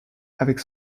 avec